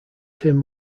tim